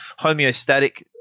homeostatic